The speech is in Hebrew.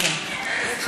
בבקשה.